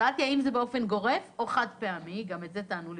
שאלתי אם זה גורף אז גם על זה תענו לי.